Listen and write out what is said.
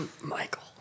Michael